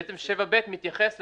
בעצם (7)(ב) מתייחס למדד.